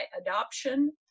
adoption